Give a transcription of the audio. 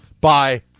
Bye